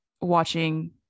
watching